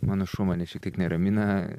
mano šuo mane šiek tiek neramina